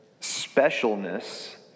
specialness